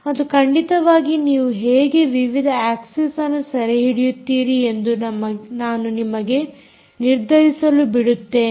ಮತ್ತು ಖಂಡಿತವಾಗಿ ನೀವು ಹೇಗೆ ವಿವಿಧ ಆಕ್ಸಿಸ್ಅನ್ನು ಸೆರೆಹಿಡಿಯುತ್ತೀರಿ ಎಂದು ನಾನು ನಿಮಗೆ ನಿರ್ಧರಿಸಲು ಬಿಡುತ್ತೇನೆ